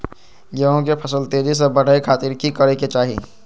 गेहूं के फसल तेजी से बढ़े खातिर की करके चाहि?